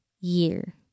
year